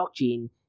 blockchain